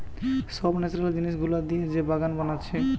সব ন্যাচারাল জিনিস গুলা দিয়ে যে বাগান বানাচ্ছে